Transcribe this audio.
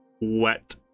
Wet